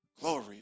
Glory